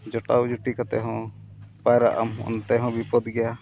ᱡᱚᱴᱟᱣ ᱡᱩᱴᱤ ᱠᱟᱛᱮᱫ ᱦᱚᱸ ᱯᱟᱭᱨᱟᱜ ᱟᱢ ᱚᱱᱛᱮ ᱦᱚᱸ ᱵᱤᱯᱚᱫᱽ ᱜᱮᱭᱟ